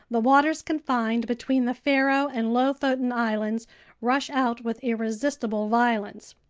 the waters confined between the faroe and lofoten islands rush out with irresistible violence.